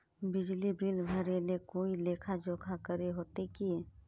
बिजली बिल भरे ले कोई लेखा जोखा करे होते की?